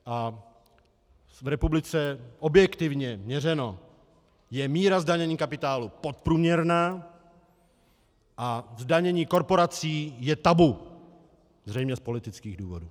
V republice, objektivně měřeno, je míra zdanění kapitálu podprůměrná a zdanění korporací je tabu, zřejmě z politických důvodů.